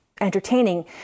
entertaining